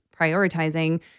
prioritizing